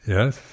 Yes